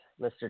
Mr